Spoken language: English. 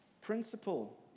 principle